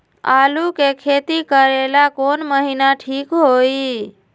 आलू के खेती करेला कौन महीना ठीक होई?